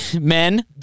Men